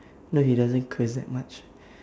no he doesn't curse that much